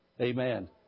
Amen